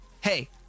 Hey